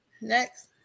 Next